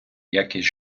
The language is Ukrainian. якість